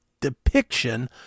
Depiction